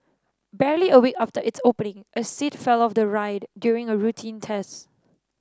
barely a week after its opening a seat fell off the ride during a routine test